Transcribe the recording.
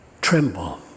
tremble